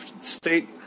state